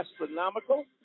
astronomical